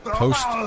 post